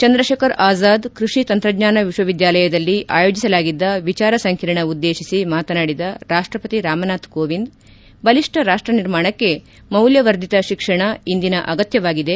ಚಂದ್ರಶೇಖರ್ ಅಜಾದ್ ಕೃಷಿ ತಂತ್ರಜ್ಞಾನ ವಿಶ್ವವಿದ್ಯಾಲಯದಲ್ಲಿ ಆಯೋಜಿಸಲಾಗಿದ್ದ ವಿಚಾರ ಸಂಕಿರಣ ಉದ್ದೇಶಿಸಿ ಮಾತನಾಡಿದ ರಾಷ್ಟಪತಿ ರಾಮನಾಥ ಕೋವಿಂದ್ ಬಲಿಷ್ಟ ರಾಷ್ಟ ನಿರ್ಮಾಣಕ್ಕೆ ಮೌಲ್ಯವರ್ಧಿತ ಶಿಕ್ಷಣ ಇಂದಿನ ಅಗತ್ಯವಾಗಿದೆ